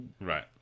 Right